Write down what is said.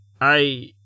I